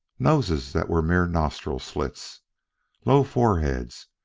noses that were mere nostril-slits low foreheads,